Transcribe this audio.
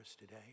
today